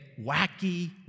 wacky